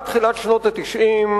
עד תחילת שנות ה-90,